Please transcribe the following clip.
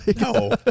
No